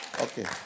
Okay